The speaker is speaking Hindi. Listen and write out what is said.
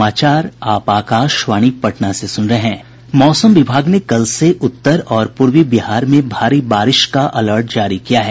मौसम विभाग ने कल से उत्तर और पूर्वी बिहार में भारी बारिश का अलर्ट जारी किया है